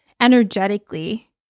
energetically